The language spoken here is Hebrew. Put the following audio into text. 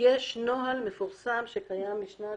יש נוהל מפורסם שקיים משנת